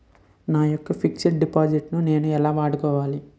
నా యెక్క fixed deposit ను నేను ఎలా వాడుకోవాలి?